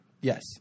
Yes